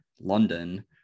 London